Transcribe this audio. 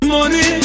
Money